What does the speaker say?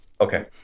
Okay